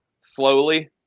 Slowly